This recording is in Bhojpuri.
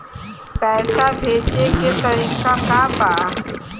पैसा भेजे के तरीका का बा?